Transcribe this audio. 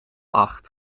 acht